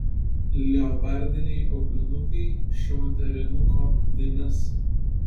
leopardiniai aulinukai šio derinuko vinis